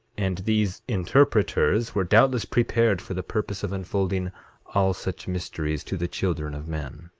and these interpreters were doubtless prepared for the purpose of unfolding all such mysteries to the children of men.